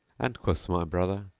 and quoth my brother,